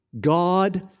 God